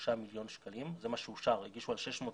ומשהו מיליון ואושרו סך 523